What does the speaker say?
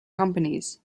companies